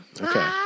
Okay